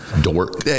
Dork